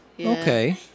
Okay